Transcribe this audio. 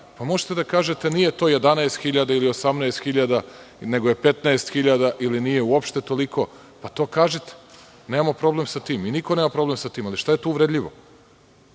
ja, možete da kažete – nije to 11.000 ili 18.000 nego je 15.000 ili nije uopšte toliko, pa to kažite. Nemamo problem sa tim i niko nema problem sa tim. Šta je to uvredljivo?